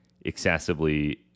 excessively